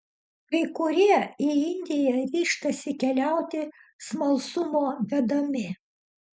kai kurie į indiją ryžtasi keliauti smalsumo vedami